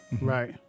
right